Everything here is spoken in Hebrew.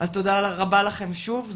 אז תודה רבה לכן שוב.